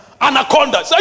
anaconda